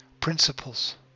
Principles